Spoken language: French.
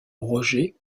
roger